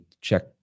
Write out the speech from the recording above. check